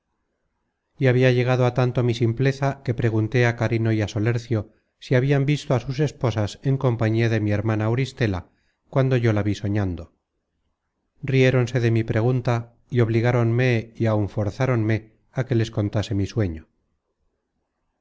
y habia llegado á tanto mi simpleza que pregunté á carino y á solercio si habian visto a sus esposas en compañía de mi hermana auristela cuando yo la vi soñando riéronse de mi pregunta y obligáronme y áun forzáronme á que les contase mi sueño